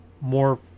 more